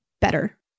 better